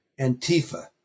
Antifa